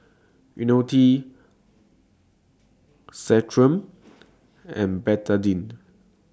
Ionil T Centrum and Betadine